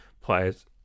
players